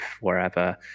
wherever